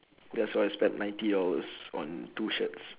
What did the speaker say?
that's why I spent ninety dollars on two shirts